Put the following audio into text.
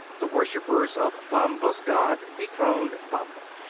the worshippers of bomba's god dethroned bomba.